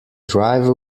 drive